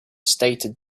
stated